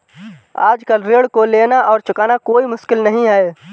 आजकल ऋण को लेना और चुकाना कोई मुश्किल नहीं है